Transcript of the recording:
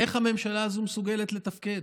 איך הממשלה הזאת מסוגלת לתפקד?